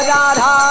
Radha